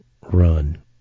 Run